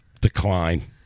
decline